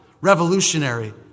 revolutionary